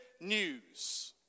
news